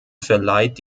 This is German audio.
verleiht